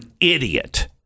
idiot